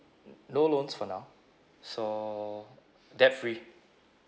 n~ no loans for now so debt free